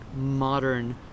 modern